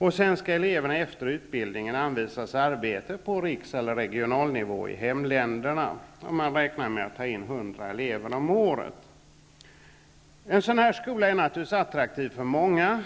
Efter utbildningen skall eleverna anvisas arbete på riksnivå eller regional nivå i hemländerna. Man räknar med att ta in 100 elever om året. En sådan här skola är naturligtvis attraktiv för många.